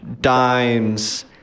dimes